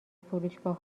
فروشگاه